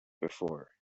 before